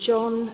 John